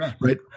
right